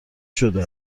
شده